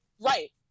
right